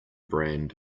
brand